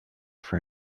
for